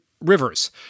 rivers